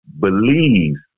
believes